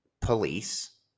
police